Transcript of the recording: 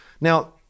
Now